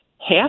half